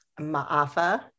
Ma'afa